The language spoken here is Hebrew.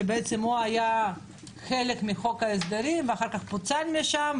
שבעצם הוא היה חלק מחוק ההסדרים ואחר כך פוצל משם,